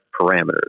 parameters